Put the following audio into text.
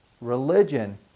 Religion